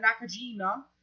Nakajima